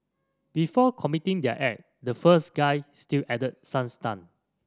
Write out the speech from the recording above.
before committing their act the first guy still acted some stunt